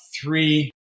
three